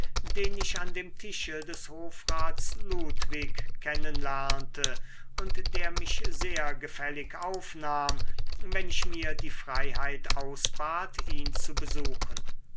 den ich an dem tische des hofrats ludwig kennen lernte und der mich sehr gefällig aufnahm wenn ich mir die freiheit ausbat ihn zu besuchen